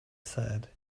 said